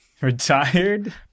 Retired